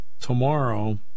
tomorrow